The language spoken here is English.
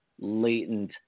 latent